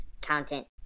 content